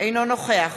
אינו נוכח